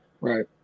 Right